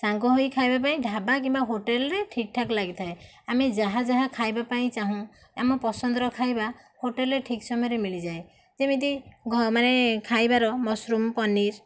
ସାଙ୍ଗ ହୋଇ ଖାଇବା ପାଇଁ ଢାବା କିମ୍ବା ହୋଟେଲ୍ରେ ଠିକ୍ଠାକ୍ ଲାଗିଥାଏ ଆମେ ଯାହାଯାହା ଖାଇବା ପାଇଁ ଚାହୁଁ ଆମ ପସନ୍ଦର ଖାଇବା ହୋଟେଲ୍ରେ ଠିକ୍ ସମୟରେ ମିଳିଯାଏ ଯେମିତି ଘ ମାନେ ଖାଇବାର ମସରୁମ ପନିର୍